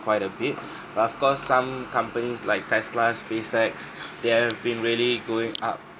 quite a bit but of course some companies like tesla's spacex they have been really going up